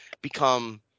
become